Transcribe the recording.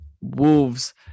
Wolves